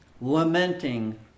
lamenting